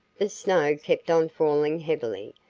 the snow kept on falling heavily,